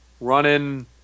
running